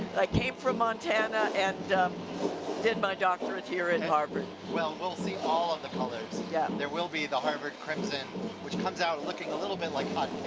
i came from montana and did my doctorate here at harvard. well we will see all of the colors. yeah there will be the harvard crimson which comes out looking a little bit like hot